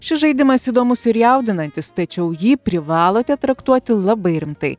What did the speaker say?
šis žaidimas įdomus ir jaudinantis tačiau jį privalote traktuoti labai rimtai